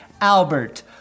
Albert